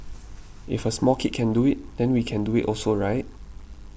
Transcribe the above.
if a small kid can do it then we can do it also right